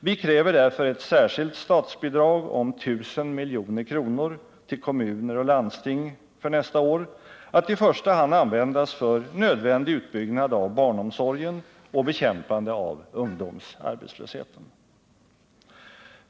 Vi kräver därför ett särskilt statsbidrag om 1 000 milj.kr. till koramuner och landsting för nästa år, att i första hand användas för nödvändig utbyggnad av barnomsorgen och bekämpande av ungdomsarbetslösheten.